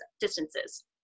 distances